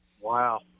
Wow